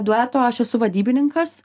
dueto o aš esu vadybininkas